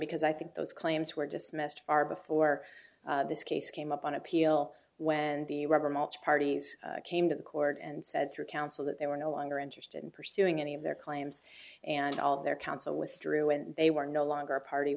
because i think those claims were dismissed far before this case came up on appeal when the rubber mulch parties came to the court and said through council that they were no longer interested in pursuing any of their claims and all of their counsel withdrew and they were no longer a party